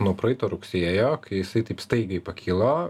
nuo praeito rugsėjo kai jisai taip staigiai pakilo